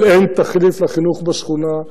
אבל אין תחליף לחינוך בשכונה,